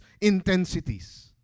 intensities